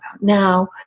now